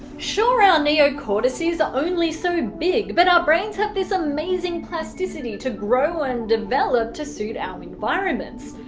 sure, our neocortices are only so big, but our brains have this amazing plasticity to grow and develop to suit our environments.